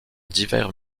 divers